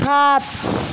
সাত